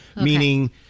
Meaning